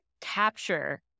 capture